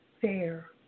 fair